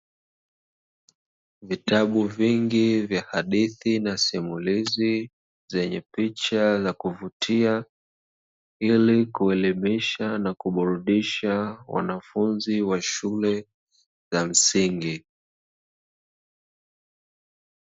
Vitabu vingi vya hadithi na simulizi zenye picha za kuvutia, ili kuelimisha na kuburudisha wanafunzi wa shule za msingi.